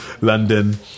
London